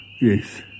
yes